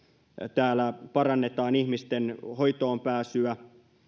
täällä parannetaan ihmisten hoitoon pääsyä